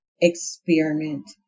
experiment